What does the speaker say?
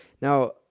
Now